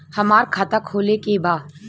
हमार खाता खोले के बा?